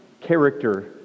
character